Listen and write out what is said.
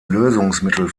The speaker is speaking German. lösungsmittel